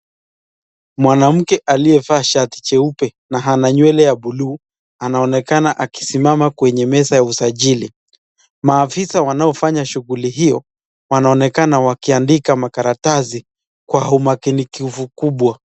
Mwanamke aliyevaa shati jeupe na ana nywele ya buluu anaonekana akisimama kwenye meza ya usajili. Maafisa wanaofanya shughuli hiyo wanaonekana wakiandika makaratasi kwa umakinikivu kubwa.